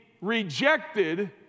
rejected